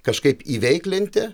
kažkaip įveiklinti